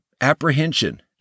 apprehension